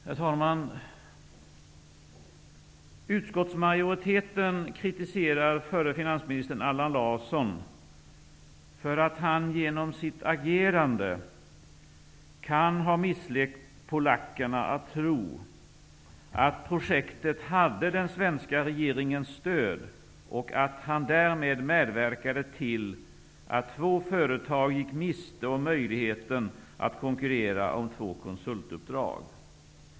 Herr talman! Utskottsmajoriteten kritiserar förre finansministern Allan Larsson för att han genom sitt agerande kan ha misslett polackerna att tro att projektet hade den svenska regeringens stöd och att han därmed medverkade till att två företag gick miste om möjligheten att konkurrera om två konsultuppdrag.